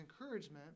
encouragement